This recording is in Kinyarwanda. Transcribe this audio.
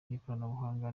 n’ikoranabuhanga